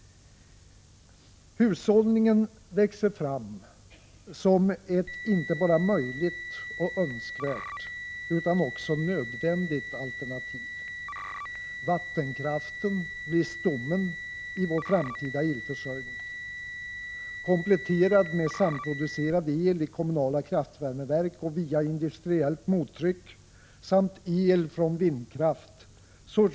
Hushållningen växer fram som ett inte bara möjligt och önskvärt utan också nödvändigt alternativ. Vattenkraften blir stommen i vår framtida elförsörjning. Den kompletteras med samproducerad el i kommunala kraftvärmeverk och via industriellt mottryck samt el från vindkraft.